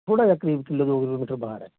ਥੋੜ੍ਹਾ ਜਿਹਾ ਕਰੀਬ ਕਿਲੋ ਦੋ ਕਿਲੋਮੀਟਰ ਬਾਹਰ ਆ